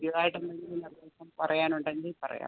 clear ആയിട്ട് എന്തെങ്കിലും ഇനി അധികം പറയാൻ ഉണ്ടെങ്കിൽ പറയാം